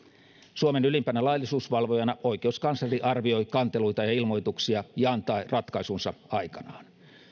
suomen ylimpänä laillisuusvalvojana oikeuskansleri arvioi kanteluita ja ilmoituksia ja antaa ratkaisunsa aikanaan